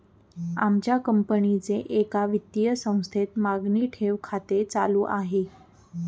आमच्या कंपनीचे एका वित्तीय संस्थेत मागणी ठेव खाते चालू आहे